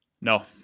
No